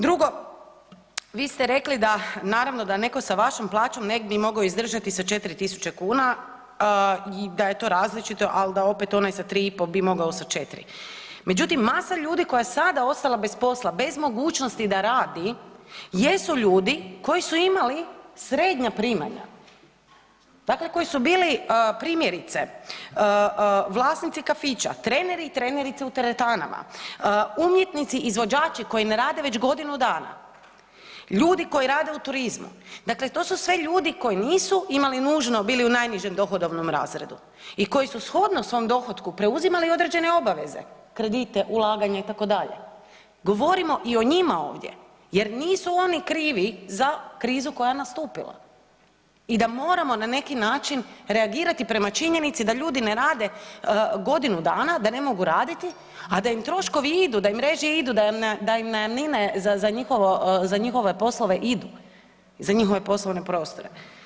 Drugo, svi ste rekli da naravno da neko sa vašom plaćom ne bi mogao izdržati sa 4.000 kuna i da je to različito, ali da opet onaj sa 3,5 bi mogao sa 4, međutim masa ljudi koja je sada ostala bez posla, bez mogućnosti da radi jesu ljudi koji su imali srednja primanja, dakle koji su bili primjerice vlasnici kafića, treneri i trenerice u teretanama, umjetnici izvođači koji ne rade već godinu dana, ljudi koji rade u turizmu, dakle to su sve ljudi koji nisu imali nužno bili u najnižem dohodovnom razredu i koji su shodno svom dohotku preuzimali određene obaveze kredite, ulaganja itd. govorimo i o njima ovdje jer nisu oni krivi za krizu koja je nastupila i da moramo na neki način reagirati prema činjenici da ljudi ne rade godinu dana, da ne mogu raditi, a da im troškovi idu, da im režije idu, da im najamnine za njihove poslove idu i za njihove poslovne prostore.